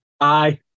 Aye